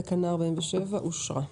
תקנה 47 אושרה פה-אחד.